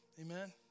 Amen